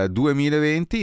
2020